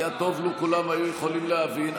אני חושב שהיה טוב לו כולם היו יכולים להבין.